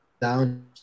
down